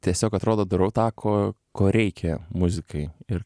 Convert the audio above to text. tiesiog atrodo darau tą ko ko reikia muzikai ir